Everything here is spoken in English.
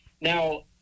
Now